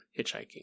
hitchhiking